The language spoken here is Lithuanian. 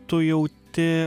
tu jauti